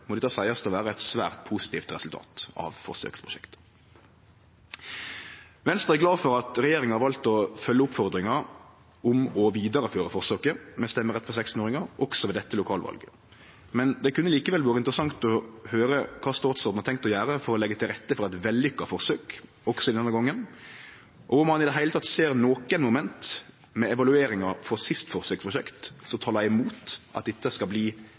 må det seiast å vere eit svært positivt resultat av forsøksprosjektet. Venstre er glad for at regjeringa har valt å følgje oppfordringa om å føre vidare forsøket med stemmerett for 16-åringar også ved dette lokalvalet, men det kunne likevel vore interessant å høyre kva statsråden har tenkt å gjere for å leggje til rette for eit vellykka forsøk også denne gongen, og om han i det heile ser nokon moment ved evalueringa frå siste forsøksprosjekt som taler imot at dette skal bli